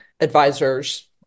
advisors